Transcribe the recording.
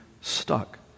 stuck